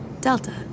Delta